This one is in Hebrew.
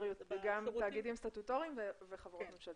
גם תאגידים סטטוטוריים וחברות ממשלתיות.